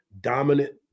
dominant